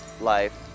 life